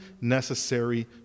necessary